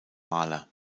maler